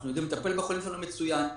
אנחנו יודעים לטפל בחולים שלנו מצוין.